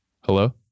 Hello